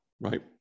right